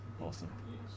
Awesome